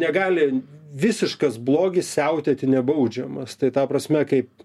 negali visiškas blogis siautėti nebaudžiamas tai ta prasme kaip